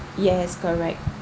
yes correct